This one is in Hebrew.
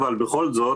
אבל בכל זאת,